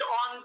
on